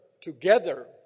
together